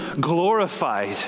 glorified